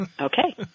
Okay